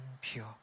pure